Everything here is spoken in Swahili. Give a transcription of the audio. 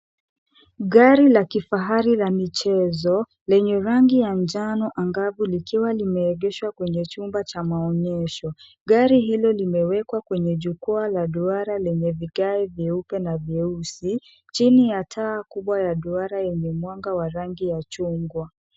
Gari la kifahari la michezo, lenye rangi ya njano angavu likiwa limeegeshwa kwenye chumba cha maonyesho. Gari hilo limewekwa kwenye jukwaa la duara lenye vigae vyeupe na vyeusi, chini ya taa kubwa ya duara yenye mwanga wa rangi ya chungwa.